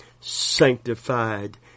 sanctified